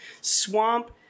swamp